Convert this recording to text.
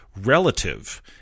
relative